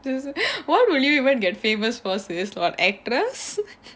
this is why would you even get famous first is uh actress